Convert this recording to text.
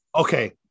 Okay